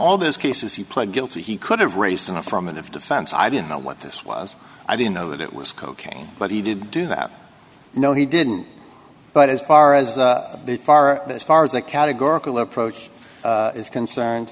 all those cases he pled guilty he could have raised an affirmative defense i didn't know what this was i didn't know that it was cocaine but he did do that no he didn't but as far as far as far as the categorical approach is concerned